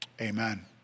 amen